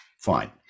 fine